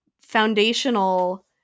foundational